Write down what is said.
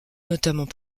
notamment